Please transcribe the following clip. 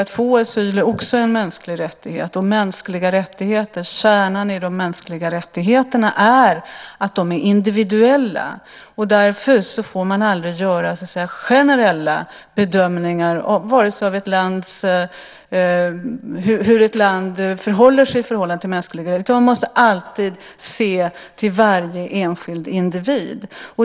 Att få asyl är också en mänsklig rättighet, och kärnan i de mänskliga rättigheterna är att de är individuella. Därför får man aldrig göra generella bedömningar av hur ett land förhåller sig till mänskliga rättigheter. Man måste alltid se till varje enskild individ.